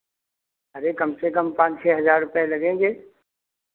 अरे कम से कम पाँच छः हज़ार रुपए लगेंगे